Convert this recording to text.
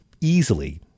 easily